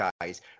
guys